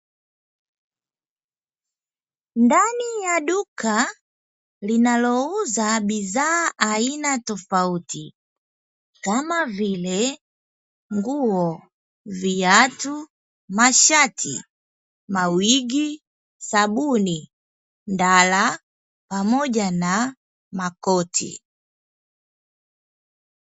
Ndani ya duka linalouza bidhaa aina tofauti kama vile: nguo, viatu, mashati, mawigi, sabuni, ndala pamoja na makoti.